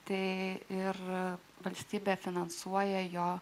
tai ir valstybė finansuoja jo